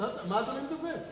על מה אדוני מדבר?